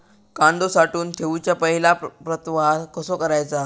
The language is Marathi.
कांदो साठवून ठेवुच्या पहिला प्रतवार कसो करायचा?